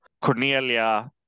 Cornelia